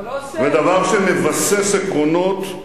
ודבר שמבסס עקרונות,